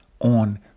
on